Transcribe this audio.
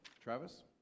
Travis